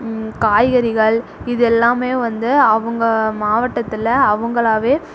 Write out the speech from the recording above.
காய்கறிகள் இது எல்லாமே வந்து அவங்க மாவட்டத்தில் அவங்களாவே